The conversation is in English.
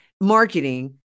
marketing